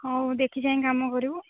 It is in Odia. ହଉ ଦେଖି ଚାହିଁ କାମ କରିବୁ